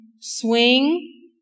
swing